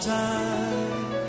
time